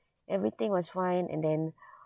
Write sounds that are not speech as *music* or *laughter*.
everything was fine and then *breath*